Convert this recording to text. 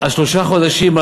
שלושה חודשים.